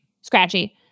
Scratchy